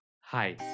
Hi